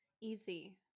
easy